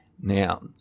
Now